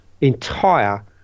entire